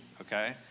okay